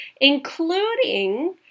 including